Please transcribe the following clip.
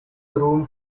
room